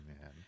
man